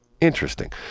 Interesting